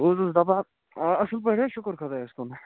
بہٕ حظ اوسُس دَپان آ اَصٕل پٲٹھۍ حظ شُکُر خۄدایَس کُن